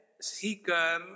seeker